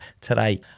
today